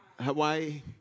Hawaii